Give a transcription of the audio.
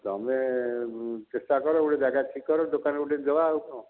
ତମେ ଚେଷ୍ଟା କର ଗୋଟେ ଜାଗା ଠିକ୍ କର ଦୋକାନ ଗୋଟେ ଦେବା ଆଉ କ'ଣ